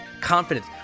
confidence